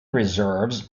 reserves